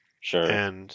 Sure